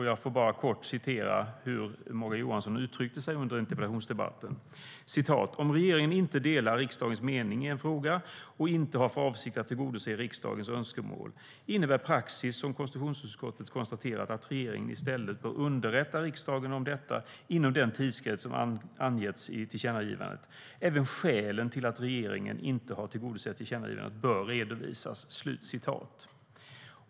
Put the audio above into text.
Jag citerar hur Morgan Johansson uttryckte sig under interpellationsdebatten: "Om regeringen inte delar riksdagens mening i en fråga och inte har för avsikt att tillgodose riksdagens önskemål, innebär praxis - som konstitutionsutskottet konstaterat - att regeringen i stället bör underrätta riksdagen om detta inom den tidsgräns som angetts i tillkännagivandet. Även skälen till att regeringen inte har tillgodosett tillkännagivandet bör redovisas.